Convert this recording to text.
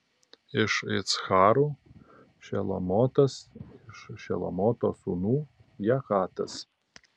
iš iccharų šelomotas iš šelomoto sūnų jahatas